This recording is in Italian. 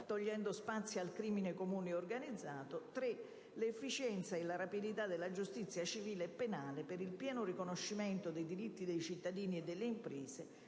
all'efficienza e alla rapidità della giustizia civile e penale, per il pieno riconoscimento dei diritti dei cittadini e delle imprese,